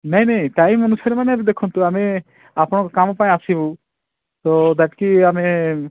ନାଇ ନାଇ ଟାଇମ୍ ଅନୁସାରରେ ମାନେ ଦେଖନ୍ତୁ ଆମେ ଆପଣଙ୍କ କାମ ପାଇଁ ଆସିବୁ ତ ବାକି ଆମେ